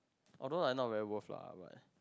although I'm not very worth lah but